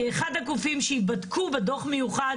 כאחד הגופים שייבדקו בדוח מיוחד